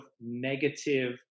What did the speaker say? negative